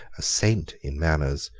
a saint in manners,